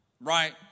right